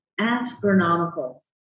astronomical